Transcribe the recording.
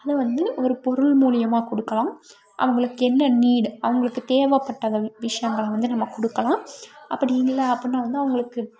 அதை வந்து ஒரு பொருள் மூலிமா கொடுக்கலாம் அவர்களுக்கு என்ன நீட் அவர்களுக்கு தேவைப்பட்டது விஷயங்களை நம்ம கொடுக்கலாம் அப்படி இல்லை அப்படினா வந்து அவர்களுக்கு